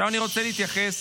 עכשיו אני רוצה להתייחס